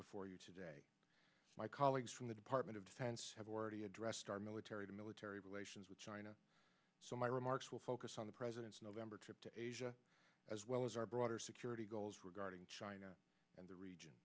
before you today my colleagues from the department of defense have already addressed our military to military relations with china so my remarks will focus on the president's november trip to asia as well as our broader security goals regarding china and the region